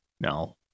No